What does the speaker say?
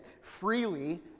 freely